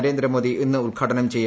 നരേന്ദ്രമ്ോദി ഇന്ന് ഉദ്ഘാടനം ചെയ്യും